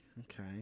Okay